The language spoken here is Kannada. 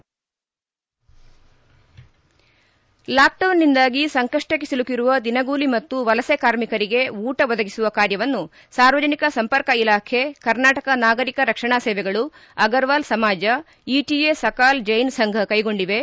ಧ್ವನಿ ಲಾಕ್ಡೌನ್ನಿಂದಾಗಿ ಸಂಕಷ್ಟಕ್ಕೆ ಸಿಲುಕಿರುವ ರಿನಗೂಲಿ ಮತ್ತು ವಲಸೆ ಕಾರ್ಮಿಕರಿಗೆ ಊಟ ಒದಗಿಸುವ ಕಾರ್ಯವನ್ನು ಸಾರ್ವಜನಿಕ ಸಂಪರ್ಕ ಇಲಾಖೆ ಕರ್ನಾಟಕ ನಾಗರಿಕ ರಕ್ಷಣಾ ಸೇವೆಗಳು ಅಗರ್ವಾಲ್ ಸಮಾಜ ಇಟಿಎ ಸಕಾಲ್ ಜೈನ್ ಸಂಘ ಕೈಗೊಂಡಿವೆ